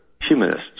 humanists